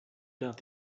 doubt